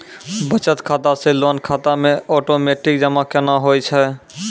बचत खाता से लोन खाता मे ओटोमेटिक जमा केना होय छै?